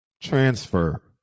Transfer